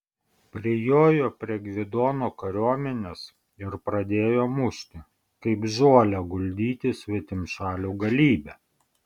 prijojo prie gvidono kariuomenės ir pradėjo mušti kaip žolę guldyti svetimšalių galybę